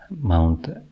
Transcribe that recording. Mount